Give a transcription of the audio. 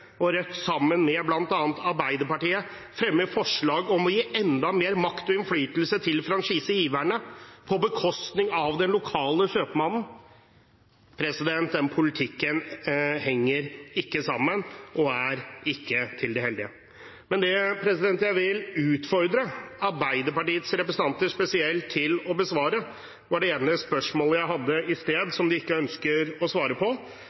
og Rødt sammen med bl.a. Arbeiderpartiet forslag om å gi enda mer makt og innflytelse til franchisegiverne på bekostning av den lokale kjøpmannen. Den politikken henger ikke sammen og er ikke til det heldige. Det jeg vil utfordre Arbeiderpartiets representanter spesielt til å besvare, er det ene spørsmålet jeg hadde i sted, og som de ikke ønsker å svare på.